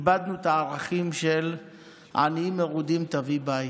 איבדנו את הערים של "עניים מרודים תביא בית".